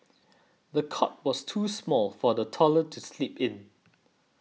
the cot was too small for the toddler to sleep in